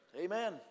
Amen